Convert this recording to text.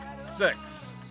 six